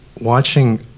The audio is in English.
watching